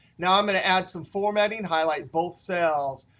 now, i'm going to add some formatting, highlight both cells.